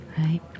right